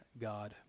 God